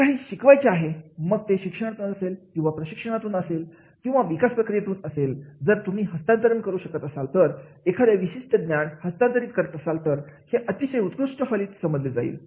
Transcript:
जे काही शिकवायचे आहे मग ते शिक्षणातून असेल किंवा प्रशिक्षणातून असेल किंवा विकास प्रक्रियेतून असेल जर तुम्ही हस्तांतरण करू शकत असाल तर एखाद्या विशिष्ट ज्ञान हस्तांतरित करत असाल तर हे अतिशय उत्कृष्ट फलित समजले जाईल